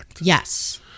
Yes